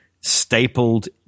stapled